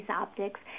optics